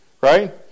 right